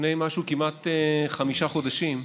לפני משהו כמו כמעט חמישה חודשים,